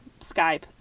Skype